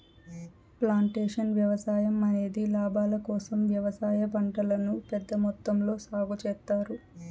plantation వ్యవసాయం అనేది లాభాల కోసం వ్యవసాయ పంటలను పెద్ద మొత్తంలో సాగు చేత్తారు